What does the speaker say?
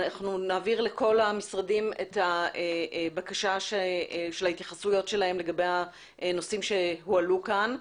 אנחנו נעביר לכל המשרדים בקשה לקבל מהם התייחסות לנושאים שעלו כאן.